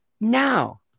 now